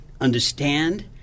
understand